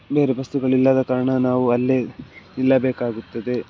ಬೇರೆ ಬಸ್ಸುಗಳಿಲ್ಲದ ಕಾರಣ ನಾವು ಅಲ್ಲೇ ನಿಲ್ಲಬೇಕಾಗುತ್ತದೆ